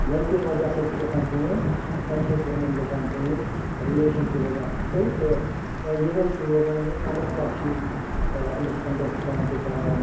ییٚمہِ کِنۍ وجہ سۭتۍ چھِ گَژھان کٲم اَمہِ سۭتۍ چھِ یِمن گَژھان کٲم رِلیشَن چھِ روزان اصٕل تہٕ یہٲے چھِ روزان یہِ مطلب پَتہٕ چھِ یِم ٲں أمس اَنڈَرسٹیٚنڈ تہِ کَران